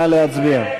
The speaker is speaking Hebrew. נא להצביע.